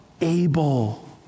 Abel